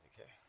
Okay